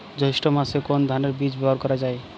জৈষ্ঠ্য মাসে কোন ধানের বীজ ব্যবহার করা যায়?